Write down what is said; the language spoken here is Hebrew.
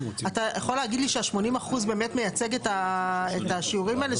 אתה יכול להגיד לי שה-80% באמת מייצג את השיעורים האלה?